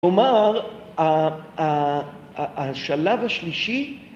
‫כלומר, השלב השלישי...